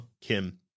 Kim